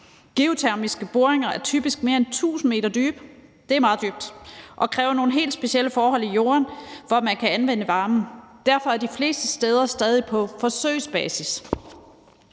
Geotermiske boringer er typisk mere end 1.000 m dybe. Det er meget dybt og kræver nogle helt specielle forhold i jorden, for at man kan anvende varmen. Derfor er det de fleste steder stadig på forsøgsbasis.